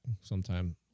sometime